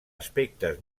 aspectes